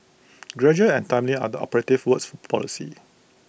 gradual and timely are the operative words policy